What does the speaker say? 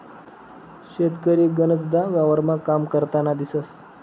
शेतकरी गनचदा वावरमा काम करतान दिसंस